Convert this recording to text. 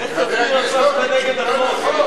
איפה שלטון החוק?